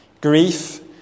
Grief